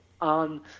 on